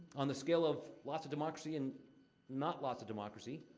on the scale of lots of democracy and not lots of democracy,